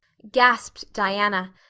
gasped diana,